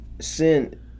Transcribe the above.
sin